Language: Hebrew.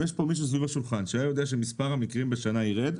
אם יש פה מישהו סביב השולחן שהיה יודע שמספר המקרים בשנה יירד,